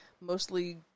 mostly